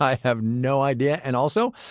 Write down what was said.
have no idea. and also,